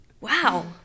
Wow